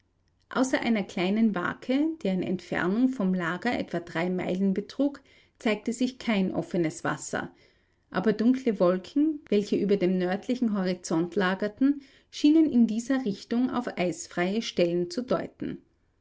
außer einer kleinen wake deren entfernung vom lager etwa drei meilen betrug zeigte sich kein offenes wasser aber dunkle wolken welche über dem nördlichen horizont lagerten schienen in dieser richtung auf eisfreie stellen zu deuten